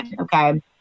okay